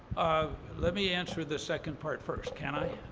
let me answer the second part first, can i?